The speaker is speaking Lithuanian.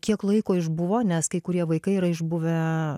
kiek laiko išbuvo nes kai kurie vaikai yra išbuvę